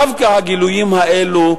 שדווקא הגילויים האלה,